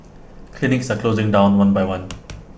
clinics are closing down one by one